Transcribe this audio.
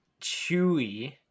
Chewy